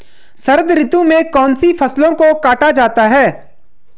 शरद ऋतु में कौन सी फसलों को काटा जाता है?